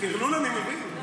טרלול אני מבין.